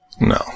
No